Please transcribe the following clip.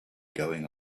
going